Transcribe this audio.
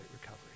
recovery